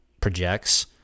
projects